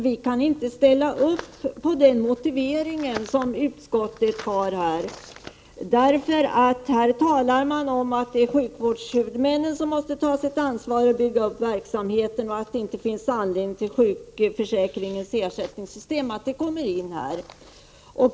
Vi kan inte ställa oss bakom utskottets motivering som talar om att sjukvårdshuvudmännen måste ta sitt ansvar och bygga upp verksamheten och att det inte finns anledning till ändringar i sjukförsäkringens ersättningssystem.